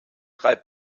drei